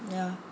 ya